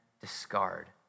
discard